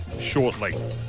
shortly